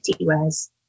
wears